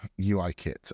UIKit